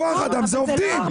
כוח אדם זה עובדים.